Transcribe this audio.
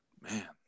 Man